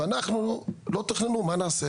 אבל אנחנו לא תוכננו, מה נעשה.